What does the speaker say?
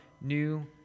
new